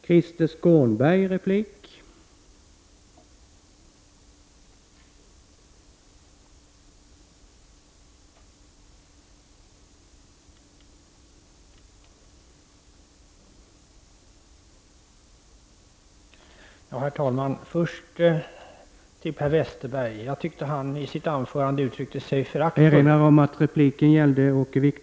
Herr talman! Först några ord till Per Westerberg. Jag tyckte att han i sitt anförande uttryckte sig föraktfullt....